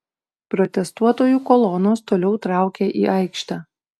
protestuotojų kolonos toliau traukia į aikštę